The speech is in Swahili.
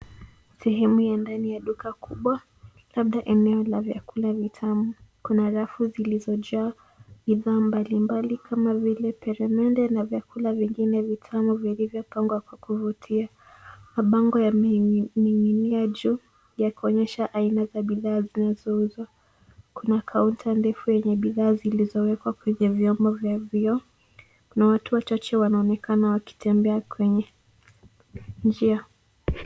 Sehemu ya ndani ya duka kubwa labda eneo la vyakula vitamu. Kuna rafu zilizojaa bidhaa mbalimbali kama vile peremende na vyakula vingine vitamu vilivyopangwa kwa kuvutia. Mabango yameninginia juu yakionyesha aina za bidhaa zinazo uzwa. Kuna kaunta ndefu yenye bidhaa zilizowekwa kwenye vyombo vya vioo. Kuna watu wachache wanaonekana wakitembea kwenye njia.